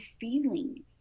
feeling